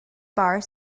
bar